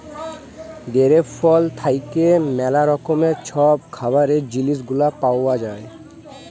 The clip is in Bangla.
গেরেপ ফল থ্যাইকে ম্যালা রকমের ছব খাবারের জিলিস গুলা পাউয়া যায়